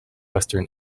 western